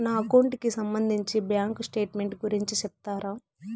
నా అకౌంట్ కి సంబంధించి బ్యాంకు స్టేట్మెంట్ గురించి సెప్తారా